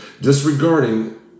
disregarding